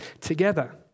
together